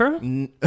No